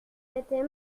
était